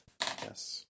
Yes